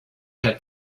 had